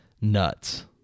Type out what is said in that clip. nuts